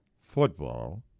football